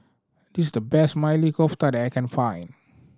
this the best Maili Kofta that I can find